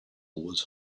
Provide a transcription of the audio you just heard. was